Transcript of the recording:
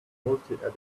multiedit